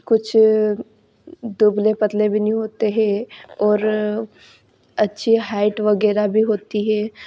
कुछ दुबले पतले भी नहीं होते हैं और अच्छी हाइट वगैरह भी होती है